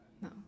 No